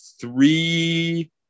three